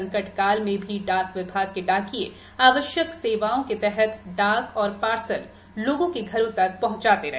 संकट काल में भी डाक विभाग के डाकिये आवश्यक सेवाओं के तहत डाक व पार्सल लोगों को घर तक पहचाते रहे